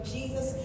Jesus